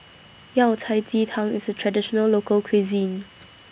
Yao Cai Ji Tang IS A Traditional Local Cuisine